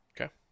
Okay